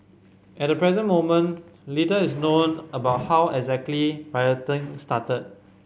at the present moment little is known about how exactly rioting started